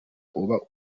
uba